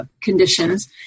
Conditions